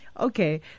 okay